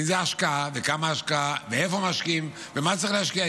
אם זה השקעה וכמה השקעה ואיפה משקיעים ומה צריך להשקיע,